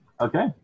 Okay